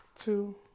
two